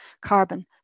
carbon